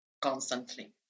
constantly